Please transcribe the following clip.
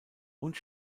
und